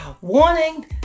Warning